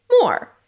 more